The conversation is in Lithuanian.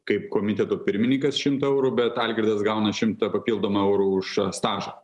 kaip komiteto pirmininkas šimto eurų bet algirdas gauna šimtą papildomų eurų už stažą